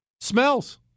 smells